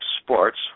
Sports